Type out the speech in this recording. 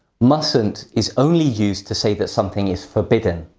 mustn't is only used to say that something is forbidden.